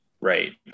Right